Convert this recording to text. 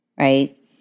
Right